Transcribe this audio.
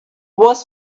was